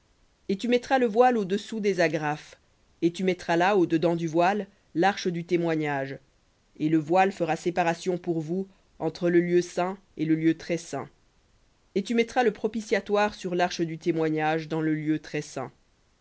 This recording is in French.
et tu mettras le voile au-dessous des agrafes et tu mettras là au dedans du voile l'arche du témoignage et le voile fera séparation pour vous entre le lieu saint et le lieu très saint et tu mettras le propitiatoire sur l'arche du témoignage dans le lieu